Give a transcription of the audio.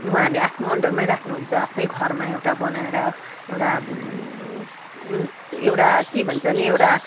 उहाँहरूले आफ्नो अन्डरमा राख्नु हुन्छ आफ्नो घरमा एउटा बनाएर एउटा एउटा के भन्छ भने एउटा